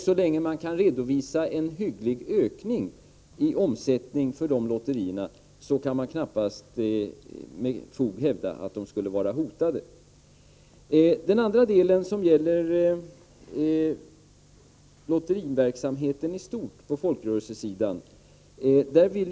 Så länge man kan redovisa en rimlig ökning av omsättningen för dessa lotterier kan det knappast med fog hävdas att de skulle vara hotade. Den andra gäller lotteriverksamheten i stort på folkrörelsemarknaden.